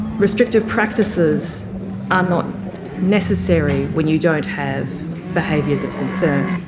restrictive practices are not necessary when you don't have behaviours of concern.